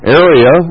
area